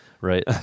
Right